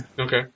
Okay